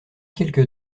quelque